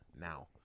now